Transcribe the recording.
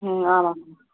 आमामां